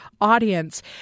audience